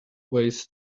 ways